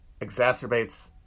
exacerbates